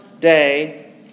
day